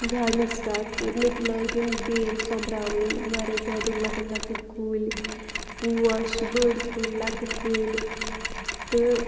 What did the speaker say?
gardening start تہٕ مےٚ تہِ لٲگِن بیل سوٚمبراوٕنۍ واریاہ زیادٕ لۄکٕٹۍ لۄکٕٹۍ کُلۍ پوش بٔڈۍ کُلۍ لۄکٕٹۍ کُلۍ تہٕ